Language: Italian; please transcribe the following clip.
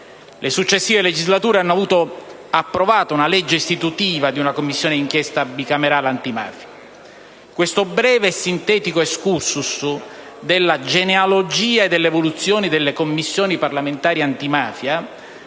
Le successive legislature hanno avuto approvata una legge istitutiva di una Commissione d'inchiesta bicamerale antimafia. Questo breve e sintetico *excursus* della genealogia e dell'evoluzione delle Commissioni parlamentari antimafia